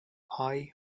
eye